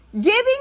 Giving